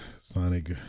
Sonic